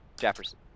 Jefferson